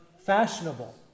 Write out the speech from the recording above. fashionable